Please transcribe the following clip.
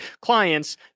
clients